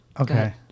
Okay